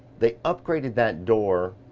they upgraded that door,